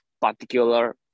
particular